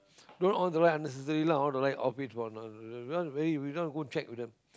don't on the light unnecessarily lah on the light off it for no~ you know just go check with them